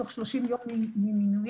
תוך 30 ימים ממינוים,